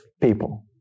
people